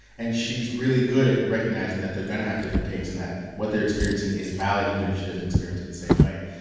and she's really good at recognizing that they're going to have different takes and that what they're experiencing is valid even if she doesn't experience it the same way.